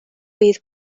byd